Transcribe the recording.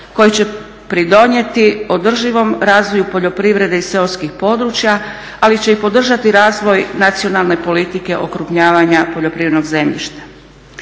koje će pridonijeti održivom razvoju poljoprivrede i seoskih područja ali će i podržati razvoj nacionalne politike okrupnjavanja poljoprivrednog zemljišta.